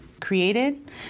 created